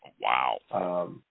Wow